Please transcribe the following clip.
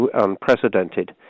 unprecedented